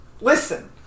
Listen